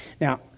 Now